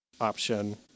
option